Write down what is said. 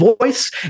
voice